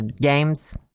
games